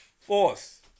Force